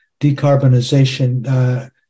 decarbonization